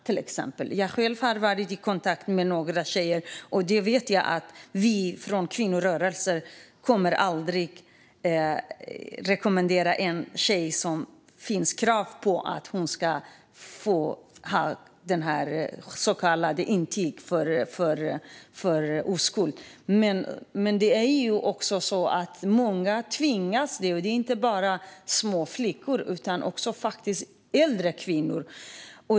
Jag har själv varit i kontakt med några tjejer, och jag vet att vi från kvinnorörelsen aldrig kommer att rekommendera en tjej att ha ett så kallat intyg för oskuld om det finns krav på att hon ska det. Många tvingas, och det är inte bara småflickor utan också äldre kvinnor.